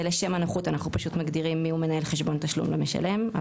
לשם הנוחות אנחנו פשוט מגדירים מיהו מנהל חשבון תשלום למשלם.